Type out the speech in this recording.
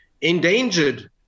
endangered